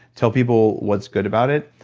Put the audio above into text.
tell people what's good about it,